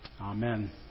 amen